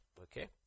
okay